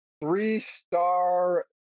three-star